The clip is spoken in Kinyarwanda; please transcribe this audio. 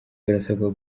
barasabwa